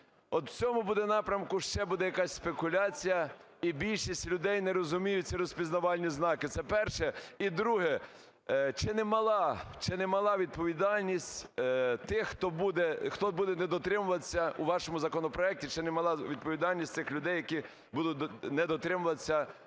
в цьому напрямку, ще буде якась спекуляція і більшість людей не розуміють ці розпізнавальні знаки? Це перше. І друге: чи не мала відповідальність тих хто буде не дотримуватися, у вашому законопроектів, чи не мала, відповідальність цих людей, які будуть не дотримуватись